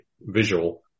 visual